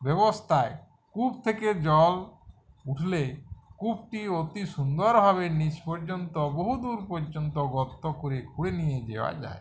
ব্যবস্থায় কূপ থেকে জল উঠলে কূপটি অতি সুন্দর ভাবে নিচ পর্যন্ত বহুদূর পয্যন্ত গর্ত করে খুঁড়ে নিয়ে যাওয়া যায়